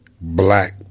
black